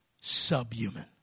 subhuman